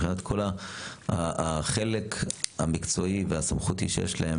מבחינת כל החלק המקצועי והסמכותי שיש להם,